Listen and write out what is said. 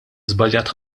żbaljat